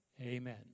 amen